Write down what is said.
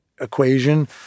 equation